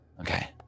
Okay